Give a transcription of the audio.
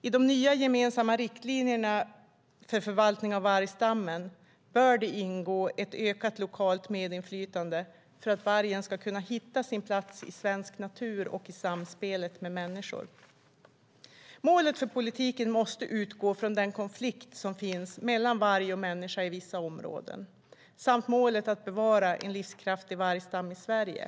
I de nya gemensamma riktlinjerna för förvaltning av vargstammen bör det ingå ett ökat lokalt medinflytande för att vargen ska kunna hitta sin plats i svensk natur och i samspelet med människor. Målet för politiken måste utgå från den konflikt som finns mellan varg och människa i vissa områden samt målet att bevara en livskraftig vargstam i Sverige.